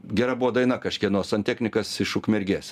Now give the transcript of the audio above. gera buvo daina kažkieno santeknikas iš ukmergės ar